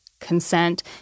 consent